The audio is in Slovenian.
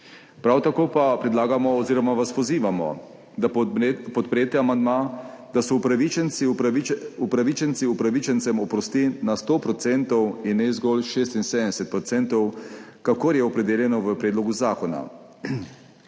Prav tako pa predlagamo oziroma vas pozivamo, da podprete amandma, da se upravičencem oprosti 100 % in ne zgolj 76 %, kakor je opredeljeno v predlogu zakona.